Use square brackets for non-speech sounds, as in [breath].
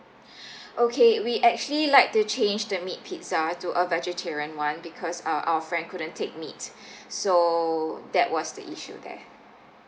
[breath] okay we actually like to change that meat pizza to a vegetarian [one] because uh our friend couldn't take meat [breath] so that was the issue there